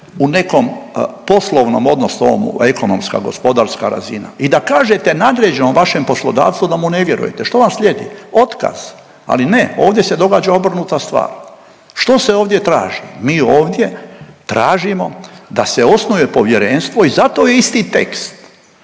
u nekom poslovnom odnosu ekonomska, gospodarska razina i da kažete nadređenom vašem poslodavcu da mu ne vjerujete. Što vam slijedi? Otkaz. Ali ne, ovdje se događa obrnuta stvar. Što se ovdje traži? Mi ovdje tražimo da se osnuje povjerenstvo i zato je isti tekst,